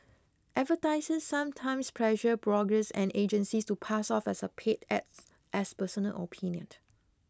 advertisers sometimes pressure bloggers and agencies to pass off as a paid ad as personal opinion